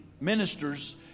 ministers